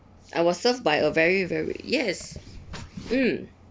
I was served by a very very yes mm